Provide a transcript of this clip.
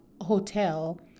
hotel